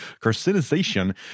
Carcinization